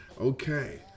Okay